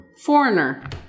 Foreigner